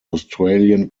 australian